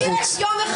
כל מילה.